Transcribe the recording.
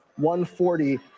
140